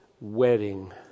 wedding